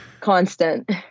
Constant